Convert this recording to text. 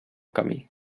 camí